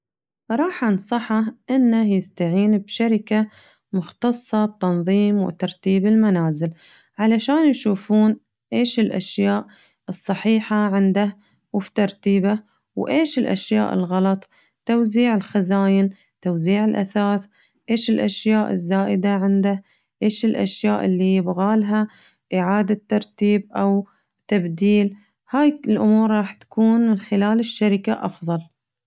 راح أنصحه إنه يستعين بشركة مختصة بتنظيم وترتيب المنازل علشان يشوفون إيش الأشياء الصحيحة عنده وفترتيبه وإيش الأشياء الغلط توزيع الخزاين توزيع الأثاث إيش الأشياء الزائدة عنده إيش الأشياء اللي يبغالها إعادة ترتيب أو تبديل، هاي الأمور راح تكون من خلال الشركة أفضل.